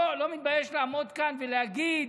לא מתבייש לעמוד כאן ולהגיד: